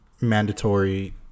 mandatory